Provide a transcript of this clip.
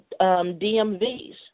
DMVs